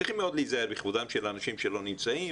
צריכים מאוד להיזהר בכבודם של אנשים שלא נמצאים.